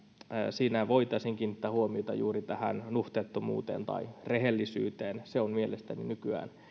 siinä voitaisiin kiinnittää huomiota juuri tähän nuhteettomuuteen tai rehellisyyteen se on mielestäni nykyään